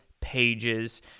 pages